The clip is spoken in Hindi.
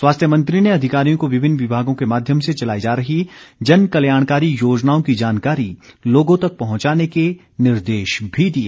स्वास्थ्य मंत्री ने अधिकारियों को विभिन्न विभागों के माध्यम से चलाई जा रही जन कल्याणकारी योजनाओं की जानकारी लोगों तक पहुंचाने के निर्देश भी दिए